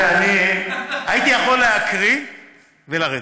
תראה, יכולתי להקריא ולרדת,